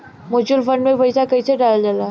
Mutual fund मे पईसा कइसे डालल जाला?